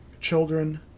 children